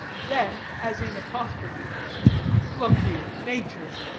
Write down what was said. then, as in apostrophe look you, nature!